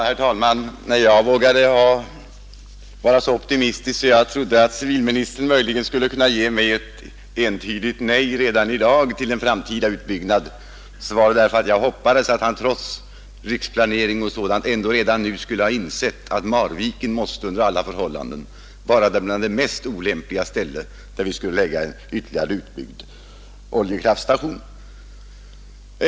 Herr talman! När jag vågade vara så optimistisk att jag trodde att civilministern möjligen skulle kunna säga ett entydigt nej redan i dag till en framtida utbyggnad hoppades jag att han trots riksplaneringen insåg att Marviken under alla förhållanden måste höra till de mest olämpliga ställena att lägga en ytterligare utbyggd oljekraftstation på.